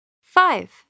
Five